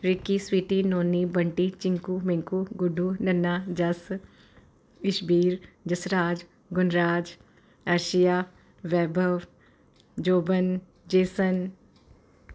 Ricky Sweety Noni Bunty Chinku Minku Guddu Nana Jass Ishbir Jasraj Gunraj Arshia Vaibhav Joban Jason